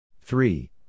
three